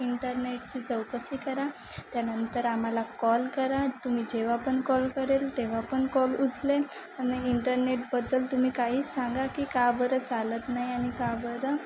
इंटरनेटची चौकशी करा त्यानंतर आम्हाला कॉल करा तुम्ही जेव्हा पण कॉल करेल तेव्हा पण कॉल उचलेन आणि इंटरनेटबद्दल तुम्ही काहीच सांगा की का बरं चालत नाही आणि का बरं